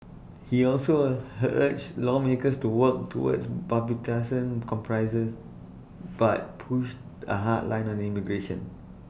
he also A her urged lawmakers to work toward bipartisan compromises but pushed A hard line on immigration